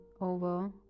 over